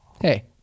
hey